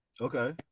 Okay